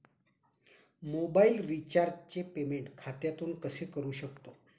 Mobile रिचार्जचे payment खात्यातून कसे करू शकतो?